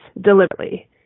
deliberately